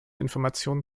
information